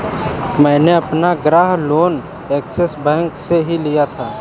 मैंने अपना गृह लोन ऐक्सिस बैंक से ही लिया था